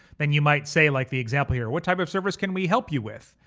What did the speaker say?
then you might say like the example here, what type of service can we help you with?